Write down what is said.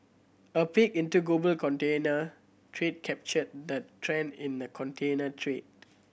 a peek into the global container trade captured the trend in the container trade